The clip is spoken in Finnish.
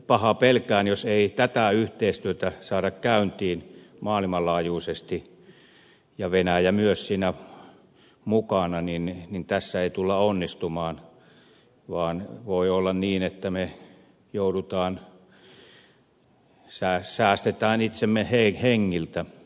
pahaa pelkään että jos ei tätä yhteistyötä saada käyntiin maailmanlaajuisesti ja venäjää myös siihen mukaan niin tässä ei tulla onnistumaan vaan voi olla niin että me säästämme itsemme hengiltä